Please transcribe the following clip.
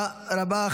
תודה רבה.